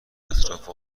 اطراف